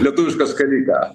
lietuvišką skaliką